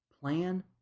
plan